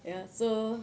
ya so